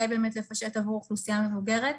באמת לפשט עבור אוכלוסייה מבוגרת.